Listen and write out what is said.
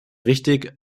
richtig